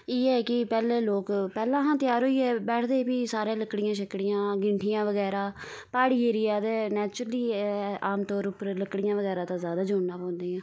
इयै कि पैहले लोक पैहलां हां तैयार होइये फ्ही सारे लकड़ियां शकड़ियां अंगीठियां वगैरा प्हाड़ी एरिया ते नैचुरली आम तौर उप्पर लकड़ियां वगैरा ते ज्यादा जुड़ना पौंदियां